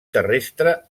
terrestre